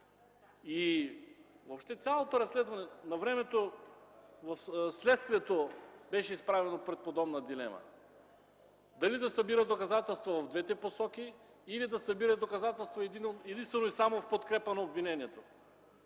придобито законно. Навремето Следствието беше изправено пред подобна дилема – дали да събира доказателства в двете посоки, или да събира доказателства единствено и само в подкрепа на обвинението.